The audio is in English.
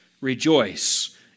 rejoice